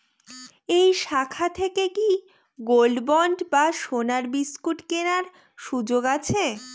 এই শাখা থেকে কি গোল্ডবন্ড বা সোনার বিসকুট কেনার সুযোগ আছে?